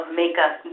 makeup